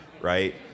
right